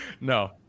No